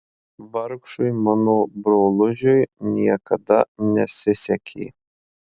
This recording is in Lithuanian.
vargšui mano brolužiui niekada nesisekė